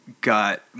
Got